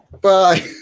Bye